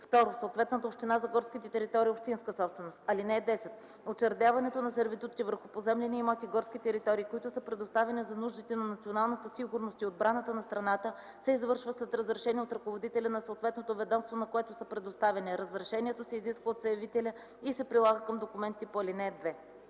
2. в съответната община – за горските територии – общинска собственост. (10) Учредяването на сервитути върху поземлени имоти – горски територии, които са предоставени за нуждите на националната сигурност и отбраната на страната, се извършва след разрешение от ръководителя на съответното ведомство, на което са предоставени. Разрешението се изисква от заявителя и се прилага към документите по ал. 2.”